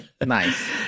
Nice